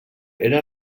era